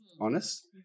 honest